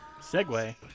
Segue